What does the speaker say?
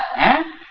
as.